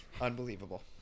Unbelievable